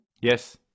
Yes